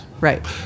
right